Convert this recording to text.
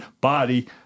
body